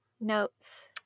notes